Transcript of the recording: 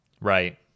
right